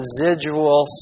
residual